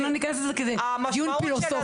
כי זה דיון פילוסופי.